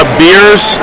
beers